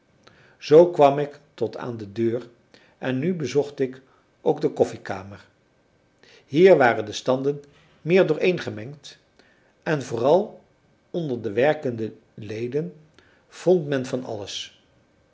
zoo kwam ik tot aan de deur en nu bezocht ik ook de koffiekamer hier waren de standen meer dooreengemengd en vooral onder de werkende leden vond men van alles